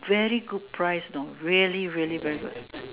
very good price you know really really very good